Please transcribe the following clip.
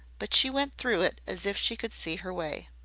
but she went through it as if she could see her way.